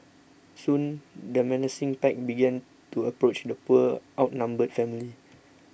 soon the menacing pack began to approach the poor outnumbered family